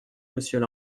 monsieur